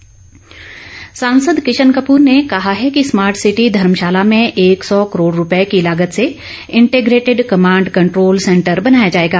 किशन कपूर सांसद किशन कपूर ने कहा है कि स्मार्ट सिटी धर्मशाला में एक सौ करोड़ रूपए की लागत से इंटीग्रेटेड कमांड कंट्रोल सैंटर बनाया जाएगा